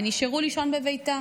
ונשארו לישון בביתה.